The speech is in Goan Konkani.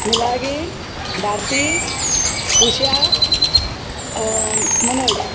मिलागीन भारती उशा मनोज